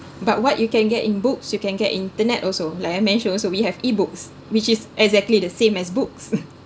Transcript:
but what you can get in books you can get in internet also like I mentioned also we have e-books which is exactly the same as books